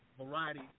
variety